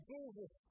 Jesus